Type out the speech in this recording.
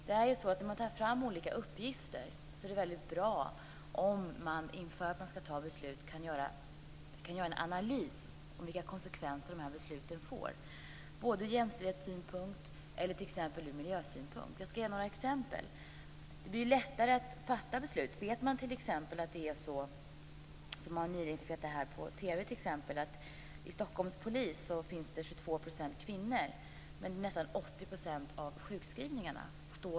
Det är väldigt bra om man inför beslut kan ta fram uppgifter och göra en analys av vilka konsekvenser dessa beslut får, t.ex. ur jämställdhetssynpunkt eller ur miljösynpunkt. Det blir på så sätt lättare att fatta beslut. Jag ska ge några exempel. Man har nyligen redovisat i TV att de 22 % kvinnorna inom Stockholmspolisen svarar för nästan 80 % av sjukskrivningarna.